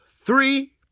three